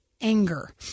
anger